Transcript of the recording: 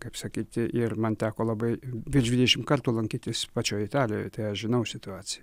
kaip sakyti ir man teko labai virš dvidešimt kartų lankytis pačioj italijoj tai aš žinau situaciją